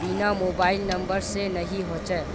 बिना mobile number से नहीं होते?